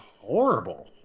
horrible